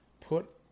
put